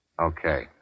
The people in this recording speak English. Okay